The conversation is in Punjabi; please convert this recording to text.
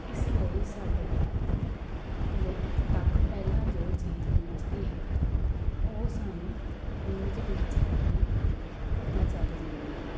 ਇਸ ਲਈ ਸਾਡੇ ਲ ਤੱਕ ਪਹਿਲਾਂ ਜੋ ਚੀਜ਼ ਪਹੁੰਚਦੀ ਹੈ ਉਹ ਸਾਨੂੰ ਨਿਊਜ਼ ਵਿੱਚ ਹੀ ਪਤਾ ਚੱਲ ਜਾਂਦੀ ਹੈ